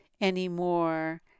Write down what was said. anymore